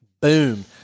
Boom